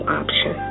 option